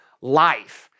life